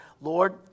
Lord